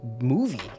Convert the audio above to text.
movie